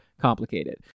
complicated